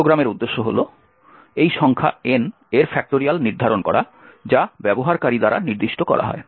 এই প্রোগ্রামের উদ্দেশ্য হল এই সংখ্যা N এর ফ্যাক্টরিয়াল নির্ধারণ করা যা ব্যবহারকারী দ্বারা নির্দিষ্ট করা হয়